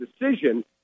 decision